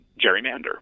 gerrymander